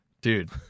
Dude